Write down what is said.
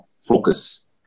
focus